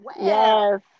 yes